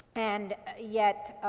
and yet